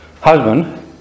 husband